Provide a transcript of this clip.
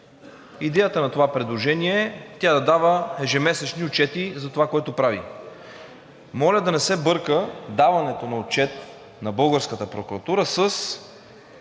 Идеята на това предложение е тя да дава ежемесечни отчети за това, което прави. Моля да не се бърка даването на отчет на българската прокуратура с